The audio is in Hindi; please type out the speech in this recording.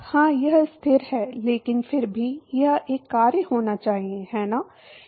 हाँ यह स्थिर है लेकिन फिर भी यह एक कार्य होना चाहिए है ना